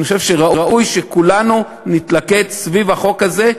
אני חושב שראוי שכולנו נתלכד סביב החוק הזה,